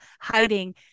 hiding